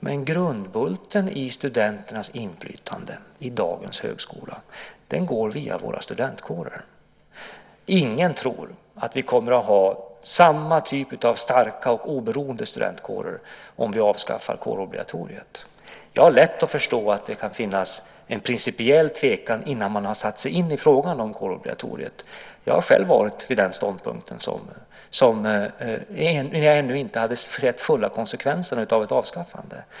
Men grundbulten i studenternas inflytande i dagens högskola är våra studentkårer. Ingen tror att vi kommer att ha samma typ av starka och oberoende studentkårer om vi avskaffar kårobligatoriet. Jag har lätt att förstå att det kan finnas en principiell tvekan innan man har satt sig in i frågan om kårobligatoriet. Jag har själv haft den ståndpunkten när jag ännu inte hade insett den fulla konsekvensen av dess avskaffande.